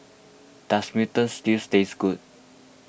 does Mutton Stew taste good